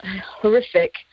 horrific